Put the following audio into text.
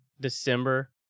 December